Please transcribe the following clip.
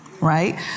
right